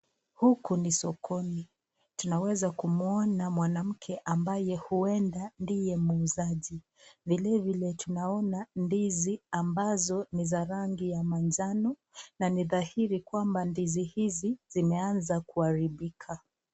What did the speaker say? Huku ni sokoni, tunaweza kumuona mwanamke ambaye huenda ndiye muuzaji. Vile vile tunaona ndizi ambazo ni za rangi ya manjano, na ni dhahiri kwamba ndizi hizi zimeanza kuharibika.